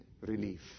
relief